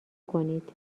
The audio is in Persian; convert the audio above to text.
کنید